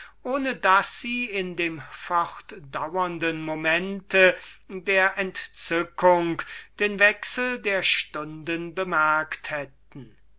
ohne daß sie in dem fortdaurenden augenblick der entzückung den wechsel der stunden bemerkt hätten